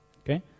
okay